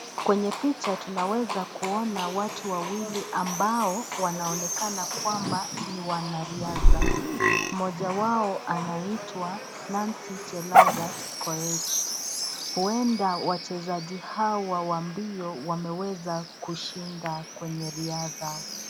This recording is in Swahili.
Kwenye picha tunaweza kuona watu wawili ambao wanaonekana kwamba ni wanariadha. Mmoja wao anaitwa Nancy Chelangat Koech. Huenda wachezaji hawa wa mbio wameweza kushinda kwenye riadha.